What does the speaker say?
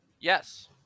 Yes